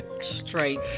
straight